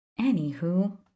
anywho